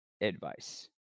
advice